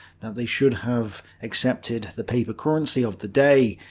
that they should have accepted the paper currency of the day,